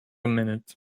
minute